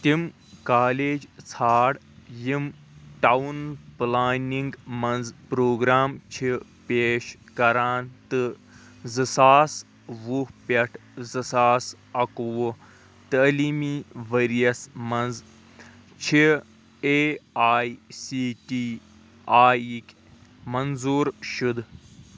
تِم کالج ژھار یِم ٹاوُن پٕلاننٛگ مَنٛز پروگرام چھِ پیش کران تہٕ زٕ ساس وُہ پٮ۪ٹھ زٕ ساس اَکوُہ تعلیٖمی ورۍ یَس مَنٛز چھِ A I C T E یٕکۍ منظور شُدٕ